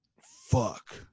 Fuck